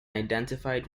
identified